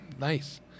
nice